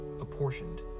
apportioned